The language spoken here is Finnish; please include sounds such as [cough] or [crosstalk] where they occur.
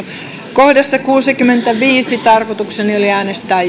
kohdassa kuusikymmentäviisi tarkoitukseni oli äänestää [unintelligible]